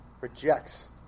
rejects